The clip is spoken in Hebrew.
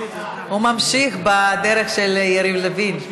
הוא ממשיך בדרך של יריב לוין.